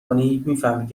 کنی، میفهمی